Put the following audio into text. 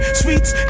sweets